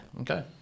Okay